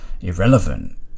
irrelevant